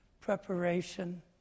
preparation